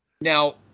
Now